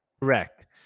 Correct